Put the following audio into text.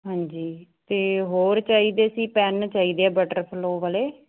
ਹਾਂਜੀ ਅਤੇ ਹੋਰ ਚਾਹੀਦੇ ਸੀ ਪੈਨ ਚਾਹੀਦੇ ਆ ਬਟਰ ਫਲੋ ਵਾਲੇ